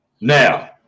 now